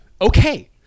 okay